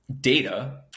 data